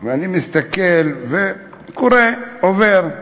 ואני מסתכל וקורא, עובר,